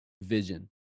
vision